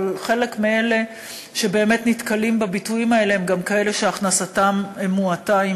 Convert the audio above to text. אבל חלק מאלה שבאמת נתקלים בביטויים האלה הם גם כאלה שהכנסתם מועטה,